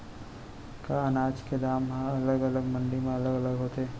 का अनाज के दाम हा अलग अलग मंडी म अलग अलग होथे?